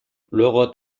luego